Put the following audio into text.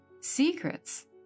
secrets